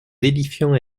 édifiant